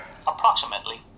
Approximately